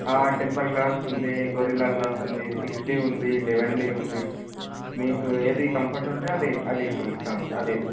temper glass ఉంది gorilla glass ఉంది six D ఉంది లెవన్ డీ ఉంది మీకు ఏది కంఫర్ట్ ఉంటే అది అది ఇస్తా ఇస్తాం అండి అది వేస్తాం